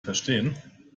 verstehen